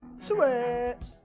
Sweat